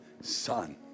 son